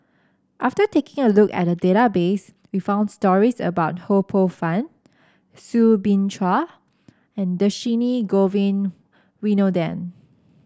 after taking a look at the database we found stories about Ho Poh Fun Soo Bin Chua and Dhershini Govin Winodan